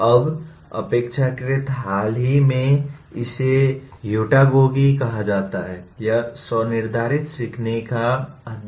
अब अपेक्षाकृत हाल ही में इसे ह्युटागोगी कहा जाता है यह स्व निर्धारित सीखने का अध्ययन है